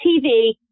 TV